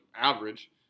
average